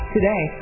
Today